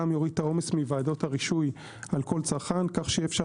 גם יוריד את העומס מוועדות הרישוי על כל צרכן כך שאפשר